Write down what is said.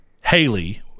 Haley